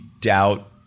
doubt